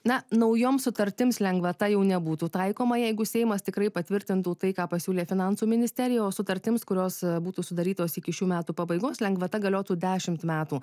na naujoms sutartims lengvata jau nebūtų taikoma jeigu seimas tikrai patvirtintų tai ką pasiūlė finansų ministerija o sutartims kurios būtų sudarytos iki šių metų pabaigos lengvata galiotų dešimt metų